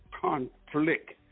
conflict